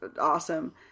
awesome